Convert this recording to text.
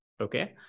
okay